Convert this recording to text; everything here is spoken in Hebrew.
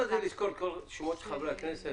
במוניות", של חברי הכנסת